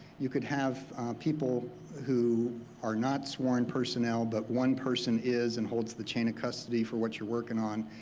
you could have people who are not sworn personnel, but one person is and holds the chain of custody for what you're working on,